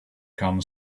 come